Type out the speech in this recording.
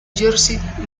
jersey